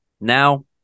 Now